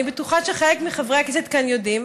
אני בטוחה שחלק מחברי הכנסת כאן יודעים.